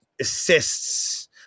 assists